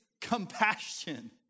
compassion